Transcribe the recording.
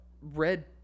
red